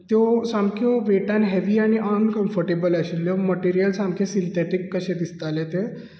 त्यो सामक्यो व्हटान सामक्यो हॅवी आनी अनकंफॉर्टेबल आशिल्ल्यो मटेरियल सामके सिंटेटीक कशें दिसताले ते